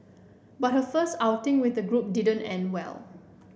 but her first outing with the group didn't end well